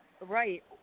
Right